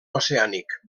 oceànic